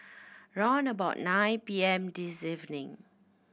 round about nine P M this evening